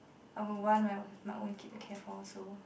I would want to have my own kid to care for also